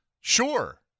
sure